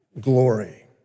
glory